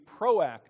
proactive